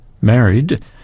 married